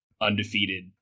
undefeated